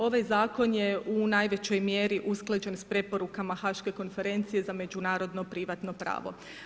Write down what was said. Ovaj zakon je u najvećoj mjeri usklađen sa preporukama haške konferencije za međunarodno privatno pravo.